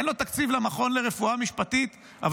אין לו תקציב למכון לרפואה משפטית אבל